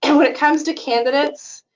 and when it comes to candidates,